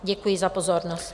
Děkuji za pozornost.